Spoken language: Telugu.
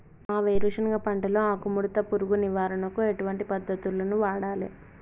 మా వేరుశెనగ పంటలో ఆకుముడత పురుగు నివారణకు ఎటువంటి పద్దతులను వాడాలే?